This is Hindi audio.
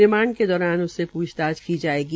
रिमांड के दौरान उससे पूछताछ की जायेगी